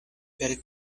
per